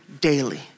daily